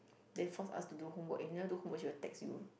then force us to do homework if never do homework she will text you